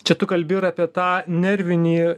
čia tu kalbi ir apie tą nervinį